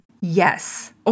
Yes